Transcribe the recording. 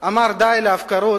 אמר די להפקרות,